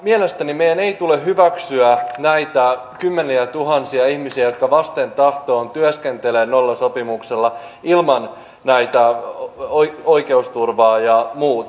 mielestäni meidän ei tule hyväksyä näitä kymmeniätuhansia ihmisiä jotka vasten tahtoaan työskentelevät nollasopimuksella ilman oikeusturvaa ja muuta